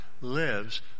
lives